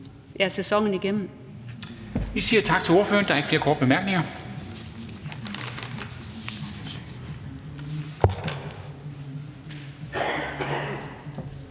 sæsonen igennem.